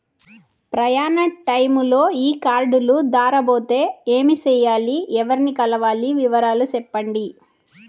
ప్రయాణ టైములో ఈ కార్డులు దారబోతే ఏమి సెయ్యాలి? ఎవర్ని కలవాలి? వివరాలు సెప్పండి?